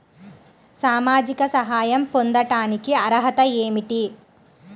సామాజిక సహాయం పొందటానికి అర్హత ఏమిటి?